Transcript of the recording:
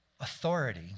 authority